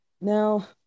Now